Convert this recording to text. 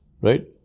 Right